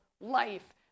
life